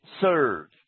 serve